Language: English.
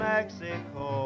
Mexico